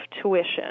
tuition